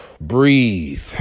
breathe